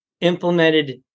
implemented